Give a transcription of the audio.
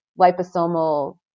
liposomal